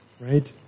Right